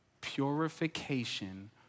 purification